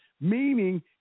meaning